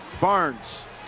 Barnes